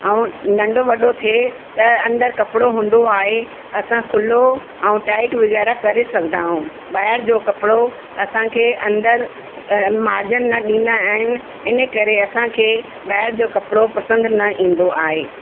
ऐं नंढो वॾो थिए त अंदरि कपिड़ो हूंदो आहे असां खुलो ऐं टाईट वग़ैरह करे सघंदा आहियूं ॿाहिरि जो कपिड़ो असांखे अंदरि मारजन न ॾींदा आहिनि इनकरे असांखे ॿाहिरि जो कपिड़ो पसंदि न ईंदो आहे